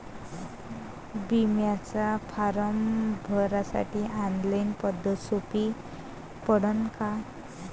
बिम्याचा फारम भरासाठी ऑनलाईन पद्धत सोपी पडन का?